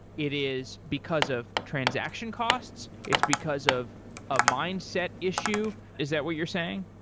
it is because of transaction costs. it's because of a mindset issue. is that what you're saying?